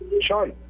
Sean